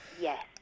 Yes